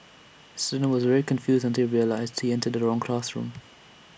student was very confused until he realised he entered the wrong classroom